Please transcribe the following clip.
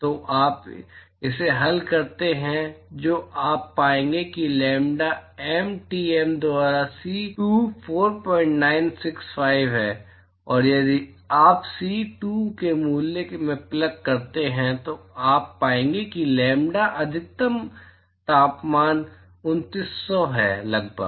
तो आप इसे हल करते हैं जो आप पाएंगे कि लैम्ब्डा एम टीएम द्वारा सी 2 4965 है और यदि आप सी 2 के मूल्य में प्लग करते हैं तो आप पाएंगे कि लैम्ब्डा अधिकतम अधिकतम तापमान लगभग 2900 है लगभग